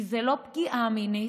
כי זו לא פגיעה מינית,